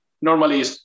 normally